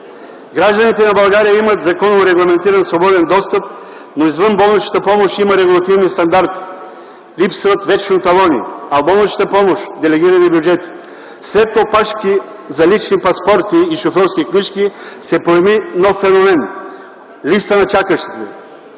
Гражданите на България имат законово регламентиран свободен достъп до извън болничната помощ, има регулативни стандарти. Липсват вечно талони, а в болничната помощ – делегирани бюджети. След опашки за лични паспорти и шофьорски книжки се появи нов феномен: листа на чакащите.